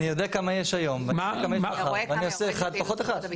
אני יודע כמה יש היום ואני עושה אחד פחות אחד.